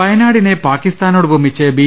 വയനാടിനെ പാക്കിസ്താനോട് ഉപമിച്ച് ബി